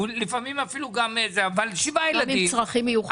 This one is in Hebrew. גם עם צרכים מיוחדים.